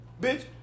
Bitch